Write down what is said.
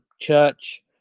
church